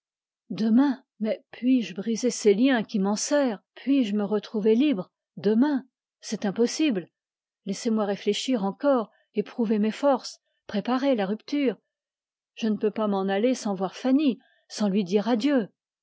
demain mais puis-je briser ces liens qui m'enserrent puis-je me retrouver libre demain c'est impossible laissez-moi réfléchir encore je ne peux pas m'en aller sans voir fanny sans lui dire adieu